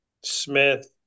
Smith